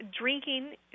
drinking